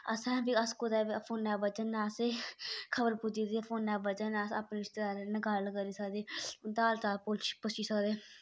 असें अस कूदे बी फोने वजहा ने असें खबर पुज्जी दी फोने वजहा ने अस आपने रिश्तेदारे ने गल्ल करी सकदे उंदा हाल चाल पुच्छी सकदे